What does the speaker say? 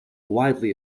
widely